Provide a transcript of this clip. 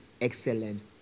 excellent